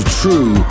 true